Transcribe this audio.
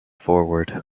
forward